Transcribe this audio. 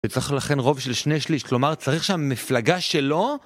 וצריך לכן רוב של שני שליש, כלומר צריך שהמפלגה שלו...